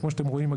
כמו שאתם רואים,